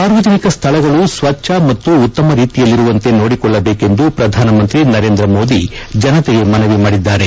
ಸಾರ್ವಜನಿಕ ಸ್ಥಳಗಳು ಸ್ವಚ್ಚ ಮತ್ತು ಉತ್ತಮ ರೀತಿಯಲ್ಲಿರುವಂತೆ ನೋಡಿಕೊಳ್ಳಬೇಕೆಂದು ಪ್ರಧಾನಮಂತ್ರಿ ನರೇಂದ್ರಮೋದಿ ಜನಶೆಗೆ ಮನವಿ ಮಾಡಿದ್ದಾರೆ